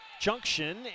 junction